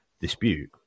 dispute